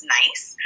nice